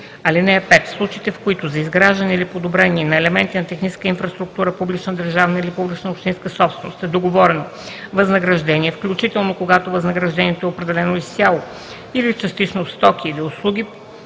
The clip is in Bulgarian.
(5) В случаите, в които за изграждане или подобрение на елементи на техническа инфраструктура – публична държавна или публична общинска собственост е договорено възнаграждение, включително когато възнаграждението е определено изцяло или частично в стоки или услуги,